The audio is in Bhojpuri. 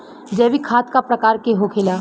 जैविक खाद का प्रकार के होखे ला?